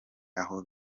aho